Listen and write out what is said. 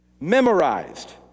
memorized